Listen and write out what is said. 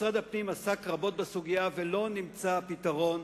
משרד הפנים עסק רבות בסוגיה, ולא נמצא פתרון,